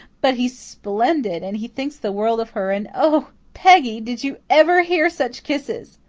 but he's splendid and he thinks the world of her and, oh, peggy, did you ever hear such kisses?